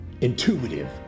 intuitive